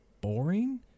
boring